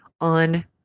on